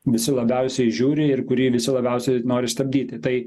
visi labiausiai žiūri ir kurį visi labiausiai nori stabdyti tai